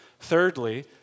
Thirdly